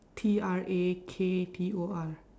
T R A K T O R